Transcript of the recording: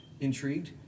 intrigued